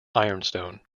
ironstone